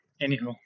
Anyhow